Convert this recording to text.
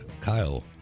Kyle